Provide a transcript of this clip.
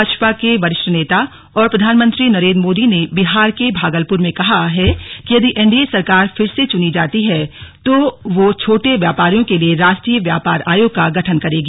भाजपा के वरिष्ठ नेता और प्रधानमंत्री नरेन्द्र मोदी ने बिहार के भागलपुर में कहा है कि यदि एनडीए सरकार फिर से चुनी जाती है तो वह छोटे व्यापारियों के लिए राष्ट्रीय व्यापार आयोग का गठन करेगी